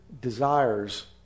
desires